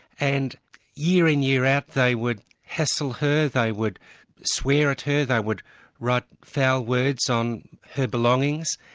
and year in, year out, they would hassle her, they would swear at her, they would write foul words on her belongings,